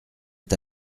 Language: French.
est